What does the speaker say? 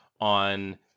on